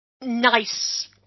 nice